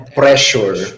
pressure